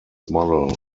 model